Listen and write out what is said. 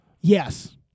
Yes